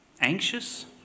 anxious